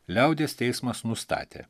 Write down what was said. liaudies teismas nustatė